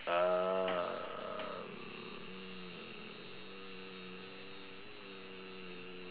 uh